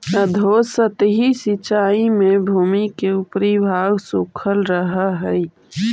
अधोसतही सिंचाई में भूमि के ऊपरी भाग सूखल रहऽ हइ